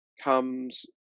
comes